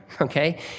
okay